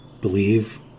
believe